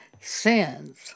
sins